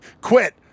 quit